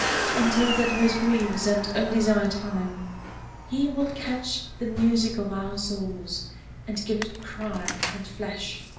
but until that most grievous and undesired time he will catch the music of our souls and give it cry and flesh.